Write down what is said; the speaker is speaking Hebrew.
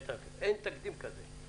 אין תקדים כזה.